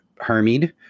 hermied